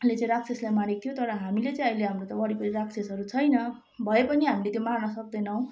ले चाहिँ राक्षसलाई मारेको थियो तर हामीले चाहिँ अहिले हाम्रो त्यो वरिपरि राक्षसहरू छैन भए पनि हामीले त्यो मार्न सक्दैनौँ